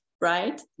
right